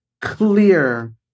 clear